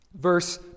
Verse